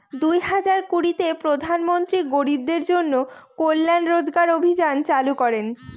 দুই হাজার কুড়িতে প্রধান মন্ত্রী গরিবদের জন্য কল্যান রোজগার অভিযান চালু করেন